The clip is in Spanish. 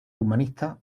humanista